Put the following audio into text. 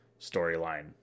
storyline